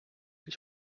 its